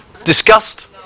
Disgust